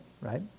right